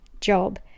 job